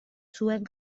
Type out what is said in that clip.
zuen